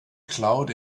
cloud